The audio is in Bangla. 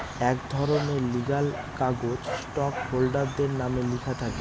এক ধরনের লিগ্যাল কাগজ স্টক হোল্ডারদের নামে লেখা থাকে